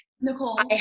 Nicole